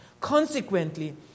Consequently